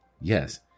Yes